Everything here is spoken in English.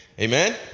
Amen